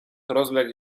rozległ